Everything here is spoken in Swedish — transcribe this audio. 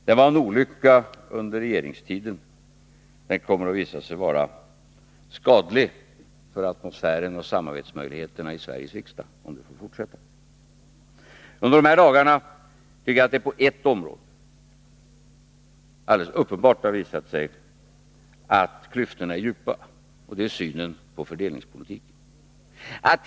Det var en olycka under regeringstiden, och det kommer att visa sig vara skadligt för atmosfären och samarbetsmöjligheterna i Sveriges riksdag, om det fortsätter. Under dessa dagar har det visat sig att det är alldeles uppenbart att klyftorna på ett område är djupa, och det är i synen på fördelningspolitiken.